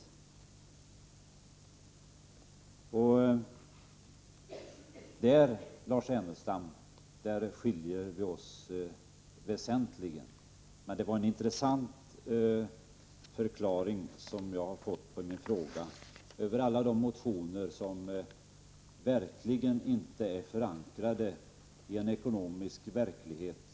På den punkten skiljer sig Lars Ernestams och min uppfattning väsentligt. Jag fick i alla fall en intressant förklaring till alla de motioner som i en hel del avseenden verkligen inte är förankrade i en ekonomisk verklighet.